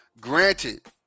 granted